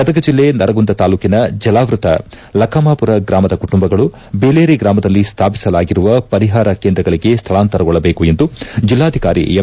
ಗದಗ ಜಿಲ್ಲೆ ನರಗುಂದ ತಾಲೂಕಿನ ಜಲಾವೃತ ಲಕಮಾಪುರ ಗ್ರಾಮದ ಕುಟುಂಬಗಳು ಬೇಲೇರಿ ಗ್ರಾಮದಲ್ಲಿ ಸ್ಥಾಪಿಸಲಾಗಿರುವ ಪರಿಹಾರ ಕೇಂದ್ರಗಳಿಗೆ ಸ್ಥಳಾಂತರಗೊಳ್ಳಬೇಕು ಎಂದು ಜಿಲ್ಲಾಧಿಕಾರಿ ಎಂ